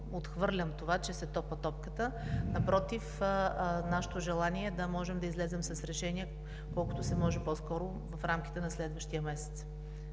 отхвърлям това, че се тупа топката. Напротив, нашето желание е да можем да излезем с решение колкото се може по-скоро в рамките на следващия месец.